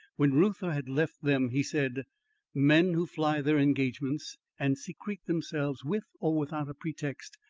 when reuther had left them, he said men who fly their engagements and secrete themselves, with or without a pretext,